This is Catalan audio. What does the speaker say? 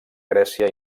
grècia